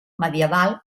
medieval